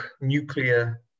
nuclear